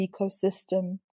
ecosystem